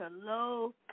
hello